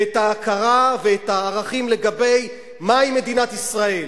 ואת ההכרה ואת הערכים לגבי מהי מדינת ישראל,